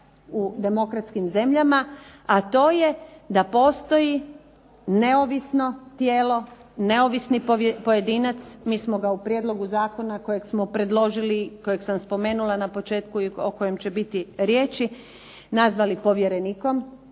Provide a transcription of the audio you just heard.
u demokratskim zemljama, a to je da postoji neovisno tijelo, neovisni pojedinac, mi smo ga u prijedlogu zakona kojeg smo predložili, kojeg sam spomenula na početku i o kojem će biti riječi, nazvali povjerenikom